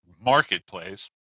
marketplace